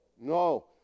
No